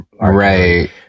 right